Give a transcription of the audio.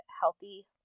healthy